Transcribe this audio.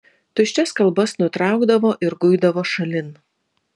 tuščias kalbas nutraukdavo ir guidavo šalin